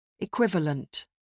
Equivalent